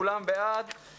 כולם בעד אי אישור התקנה.